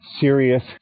serious